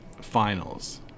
finals